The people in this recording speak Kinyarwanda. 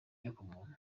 inyokomuntu